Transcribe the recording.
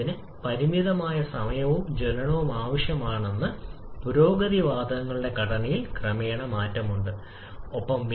അതിനാൽ കാരണം പ്രതിപ്രവർത്തനത്തിന് തന്മാത്രകളുടെ എണ്ണത്തിൽ മാറ്റമില്ല അതായത് അവ സന്തുലിതമാണ്